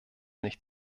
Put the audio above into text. nicht